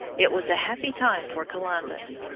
it was a happy time for columbus.